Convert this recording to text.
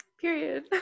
period